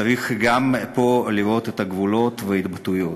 צריך גם פה לראות את הגבולות ואת ההתבטאויות.